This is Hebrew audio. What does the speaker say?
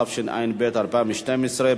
התשע"ב 2012,